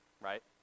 right